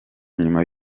nyuma